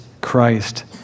Christ